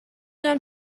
دونم